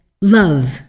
Love